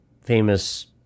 famous